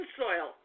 soil